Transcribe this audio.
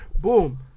Boom